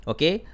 Okay